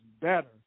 better